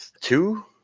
Two